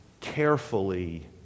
carefully